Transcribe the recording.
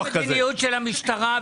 לגבי סעיף 5,